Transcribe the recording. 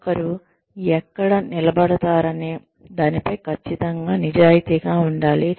ఒకరు ఎక్కడ నిలబడతారనే దానిపై ఖచ్చితంగా నిజాయితీగా ఉండాలి